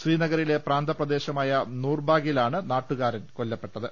ശ്രീനഗറിലെ പ്രാന്തപ്രദേശമായ നൂർബാഗിലാണ് നാട്ടുകാരൻ കൊല്ലപ്പെട്ടത്